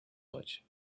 much